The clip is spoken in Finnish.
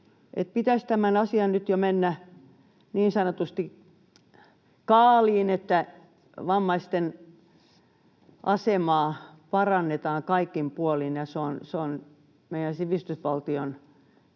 pitäisi tämän asian nyt jo mennä niin sanotusti kaaliin, että vammaisten asemaa parannetaan kaikin puolin ja se on yksi meidän sivistysvaltion